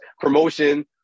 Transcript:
promotion